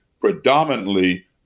predominantly